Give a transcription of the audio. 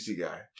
guy